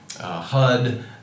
HUD